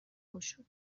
گشود